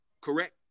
correct